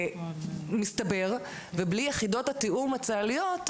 מסתבר שבלי יחידות התיאום הצה"ליות,